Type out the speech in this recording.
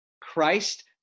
Christ